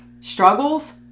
struggles